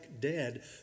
dead